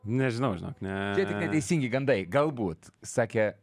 nežinau žinok ne neteisingi gandai galbūt sakė